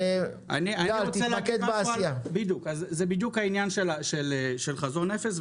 זה בדיוק העניין של חזון אפס.